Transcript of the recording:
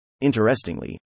Interestingly